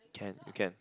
can you can